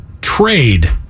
trade